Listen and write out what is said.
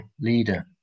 leader